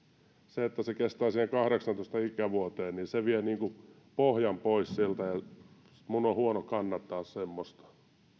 se että se kestää sinne kahdeksaantoista ikävuoteen vie niin kuin pohjan pois siltä ja minun on huono kannattaa semmoista